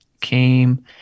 came